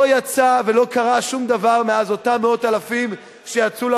לא יצא ולא קרה שום דבר מאז שיצאו אותם מאות אלפים לרחובות,